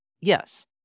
Yes